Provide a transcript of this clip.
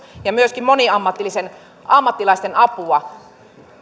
ja myöskin moniammatillista ammattilaisten apua